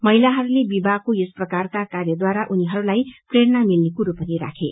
महिलाहरूले विभागको यस प्रकारका कार्यद्वारा उनीहरूलाइ प्रेरणा मिल्ने कुरो पनि राखे